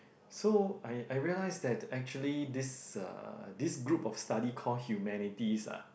so I I realize that actually this a this group of study call humanities are